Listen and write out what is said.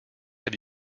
have